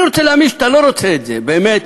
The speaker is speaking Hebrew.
אני רוצה להאמין שאתה לא רוצה את זה באמת,